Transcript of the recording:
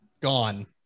gone